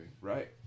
right